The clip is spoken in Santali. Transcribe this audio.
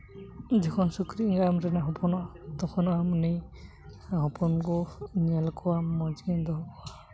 ᱡᱚᱠᱷᱚᱱ ᱥᱩᱠᱨᱤ ᱮᱸᱜᱟ ᱟᱢ ᱨᱮᱱᱮ ᱦᱚᱯᱚᱱᱚᱜᱼᱟ ᱛᱚᱠᱷᱚᱱ ᱟᱢ ᱩᱱᱤ ᱦᱚᱯᱚᱱ ᱠᱚ ᱧᱮᱞ ᱠᱚᱣᱟᱢ ᱢᱚᱡᱽᱜᱮ ᱫᱚᱦᱚ ᱠᱚᱣᱟ